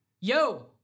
Yo